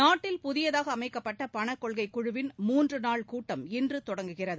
நாட்டில் புதியதாக அமைக்கப்பட்ட பண கொள்கை குழுவின் மூன்று நாள் கூட்டம் இன்று தொடங்குகிறது